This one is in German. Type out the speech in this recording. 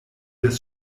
des